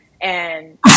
And-